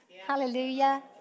Hallelujah